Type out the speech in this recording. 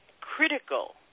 critical